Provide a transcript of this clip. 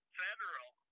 federal